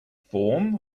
form